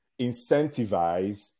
incentivize